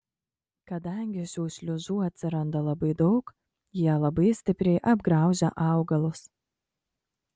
kadangi šių šliužų atsiranda labai daug jie labai stipriai apgraužia augalus